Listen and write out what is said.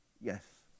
Yes